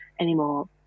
anymore